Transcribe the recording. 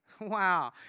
Wow